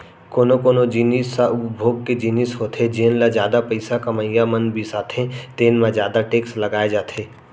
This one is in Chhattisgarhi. कोनो कोनो जिनिस ह उपभोग के जिनिस होथे जेन ल जादा पइसा कमइया मन बिसाथे तेन म जादा टेक्स लगाए जाथे